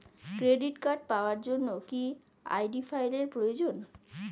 Credit card পাওয়ার জন্য কি আই.ডি ফাইল এর প্রয়োজন?